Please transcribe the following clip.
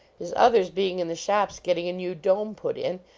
his others being in the shops getting a new dome put in,